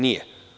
Nije.